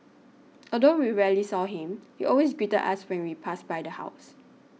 although we rarely saw him he always greeted us when we passed by the house